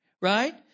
right